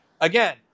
Again